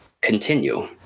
continue